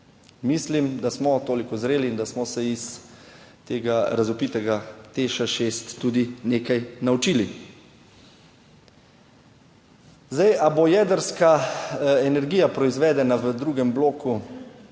Mislim, da smo toliko zreli in da smo se iz tega razvpitega Teš 6 tudi nekaj naučili. Zdaj, ali bo jedrska energija proizvedena v drugem bloku